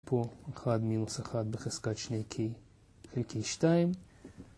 פה 1 מינוס 1 בחזקת שני K, חלקי שתיים.